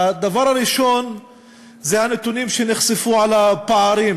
הדבר הראשון הוא הנתונים שנחשפו על הפערים